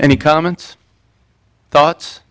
any comments thoughts